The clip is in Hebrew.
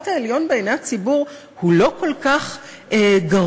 העליון בעיני הציבור הוא לא כל כך גרוע,